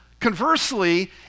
Conversely